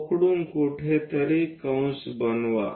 O कडून कुठेतरी कंस बनवा